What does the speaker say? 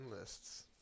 lists